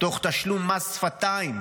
תוך תשלום מס שפתיים